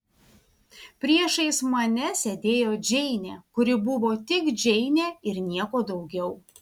priešais mane sėdėjo džeinė kuri buvo tik džeinė ir nieko daugiau